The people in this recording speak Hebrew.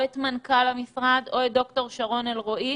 או את מנכ"ל המשרד או את דוקטור שרון אלרועי,